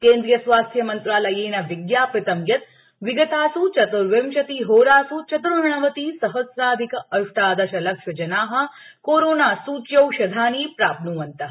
केन्द्रीयस्वास्थ्यमंत्रालयेन विज्ञापितं यत् विगतास् चत्र्विशतिहोरास् चत्र्णवतिसहस्राधिक अष्टादशलक्षजनाः कोरोना सूच्यौषधानि प्राप्न्वन्तः